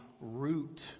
root